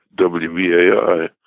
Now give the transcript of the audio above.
WBAI